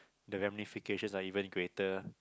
the ramification are even greater